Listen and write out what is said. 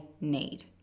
need